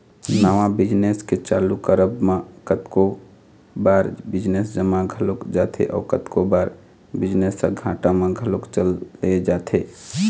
नवा बिजनेस के चालू करब म कतको बार बिजनेस जम घलोक जाथे अउ कतको बार बिजनेस ह घाटा म घलोक चले जाथे